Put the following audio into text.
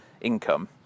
income